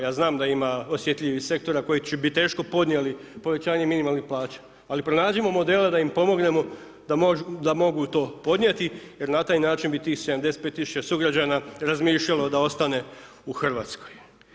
Ja znam da ima osjetljivih sektora koji bi teško podnijeli povećanje minimalnih plaća, ali pronađimo modele da im pomognemo da mogu to podnijeti jer na taj način bi tih 75 000 sugrađana razmišljalo da ostane u RH.